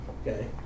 Okay